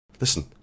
Listen